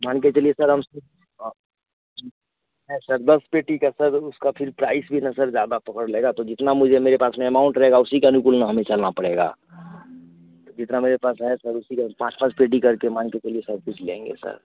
मान के चलिये सर हम उसमें है सर दस पेटी का सर उसका फिर प्राइस भी ना सर ज्यादा पकड़ लेगा तो जितना मुझे मेरे पास में अमाउन्ट रहेगा उसी के अनुकूल ना हमें चलना पड़ेगा तो जितना मेरे पास है सर उसी के पाँच पाँच पेटी करके मान के चलिये सब कुछ लेंगे सर